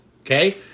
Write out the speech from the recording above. okay